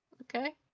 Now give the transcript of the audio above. Okay